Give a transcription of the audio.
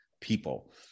people